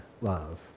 love